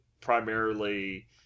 primarily